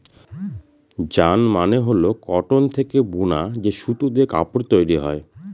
yarn মানে হল cotton থেকে বুনা যে সুতো দিয়ে কাপড় তৈরী হয়